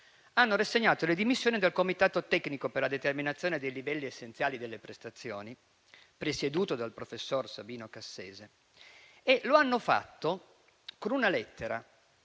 hanno rassegnato le dimissioni dal Comitato tecnico per la determinazione dei livelli essenziali delle prestazioni, presieduto dal professor Sabino Cassese. Lo hanno fatto con una lettera